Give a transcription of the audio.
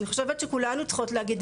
אני חושבת שכולנו צריכות להגיד,